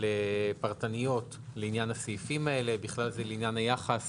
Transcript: פרטניות לעניין הסעיפים האלה, בכלל זה לעניין היחס